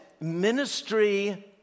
ministry